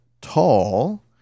tall